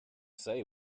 say